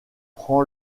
prend